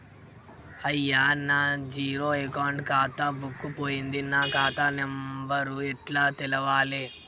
అయ్యా నా zero account ఖాతా బుక్కు పోయింది నా ఖాతా నెంబరు ఎట్ల తెలవాలే?